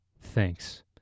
thanks